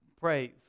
praise